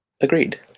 agreed